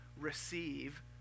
receive